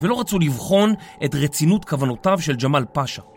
ולא רצו לבחון את רצינות כוונותיו של ג'מל פאשה.